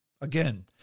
Again